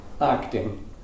acting